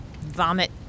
vomit